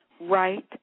right